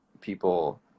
people